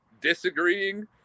disagreeing